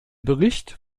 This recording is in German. bericht